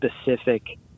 specific